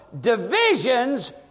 divisions